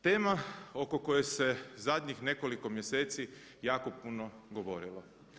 Tema oko koje se zadnjih nekoliko mjeseci jako puno govorilo.